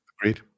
agreed